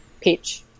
pitch